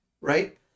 right